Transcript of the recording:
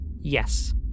Yes